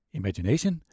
imagination